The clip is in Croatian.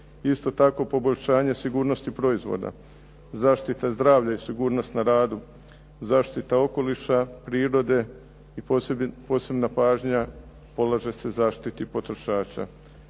Isto tako poboljšanje sigurnosti proizvoda, zaštita zdravlja i sigurnost na radu, zaštita okoliša, prirode i posebna pažnja polaže se zaštiti potrošača.